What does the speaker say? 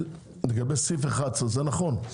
לגבי סעיף 11: זה נכון.